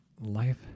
life